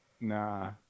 nah